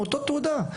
עם אותה התעודה.